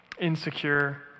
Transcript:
insecure